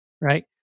right